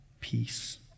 peace